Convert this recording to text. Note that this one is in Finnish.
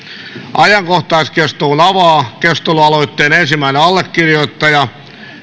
ajankohtaiskeskustelun avaa keskustelualoitteen ensimmäinen allekirjoittaja